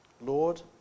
Lord